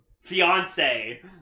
fiance